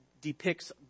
depicts